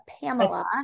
Pamela